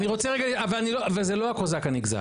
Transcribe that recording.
אני רוצה רגע לטעון משהו, וזה לא הקוזק הנגזל.